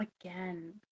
Again